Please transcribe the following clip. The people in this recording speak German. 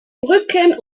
brücken